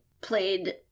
played